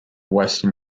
western